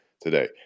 today